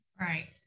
Right